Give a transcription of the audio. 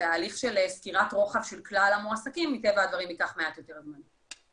והליך סקירת הרוחב של כלל המועסקים מטבע הדברים ייקח מעט יותר זמן.